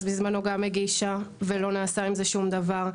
בזמנו גם הגישה ולא נעשה עם זה שום דבר.